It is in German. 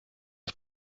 das